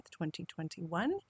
2021